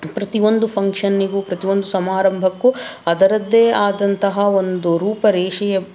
ಪ್ರತಿಯೊಂದು ಫಂಕ್ಷನ್ನಿಗೂ ಪ್ರತಿಯೊಂದು ಸಮಾರಂಭಕ್ಕೂ ಅದರದ್ದೇ ಆದಂತಹ ಒಂದು ರೂಪರೇಷೆಯ